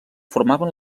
formaven